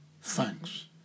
thanks